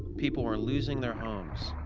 people were losing their homes.